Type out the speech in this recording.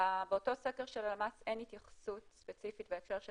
באותו סקר של הלמ"ס אין התייחסות ספציפית בהקשר של